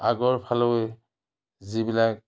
আগৰফালে যিবিলাক